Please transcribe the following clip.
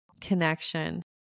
connection